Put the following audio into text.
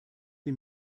wie